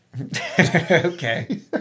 Okay